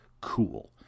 cool